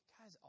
Guys